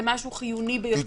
זה משהו חיוני ביותר.